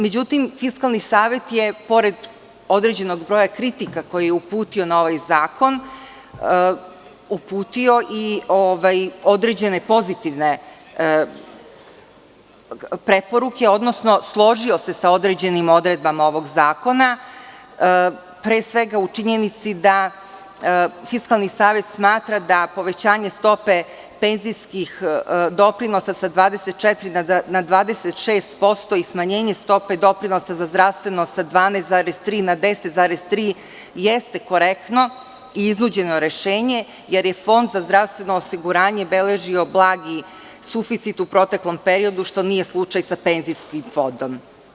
Međutim, Fiskalni savet je pored određenog broja kritika koje je uputio na ovaj zakon, uputio i određene pozitivne preporuke, odnosno složio se sa određenim odredbama ovog zakona, pre svega u činjenici da Fiskalni savet smatra da povećanje stope penzijskih doprinosa sa 24 na 26% i smanjenje stope doprinosa za zdravstveno sa 12,3 na 10,3 jeste korektno i iznuđeno rešenje, jer je Fond za zdravstveno osiguranje beležio blagi suficit u proteklom periodu, što nije slučaj sa penzijskim fondom.